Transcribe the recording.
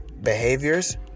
behaviors